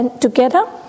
together